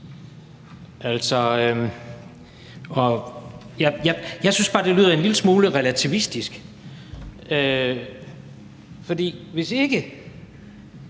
jeg synes bare, det her lyder en lille smule relativistisk, for hvis ikke